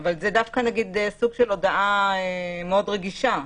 אבל זה דווקא סוג של הודעה מאוד רגישה.